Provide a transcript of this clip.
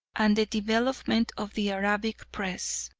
and the development of the arabic press.